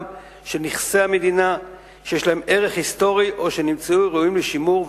של נכסי המדינה שיש להם ערך היסטורי או שנמצאו ראויים לשימור.